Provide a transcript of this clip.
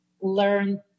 learn